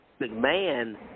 McMahon